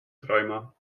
träumer